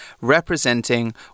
representing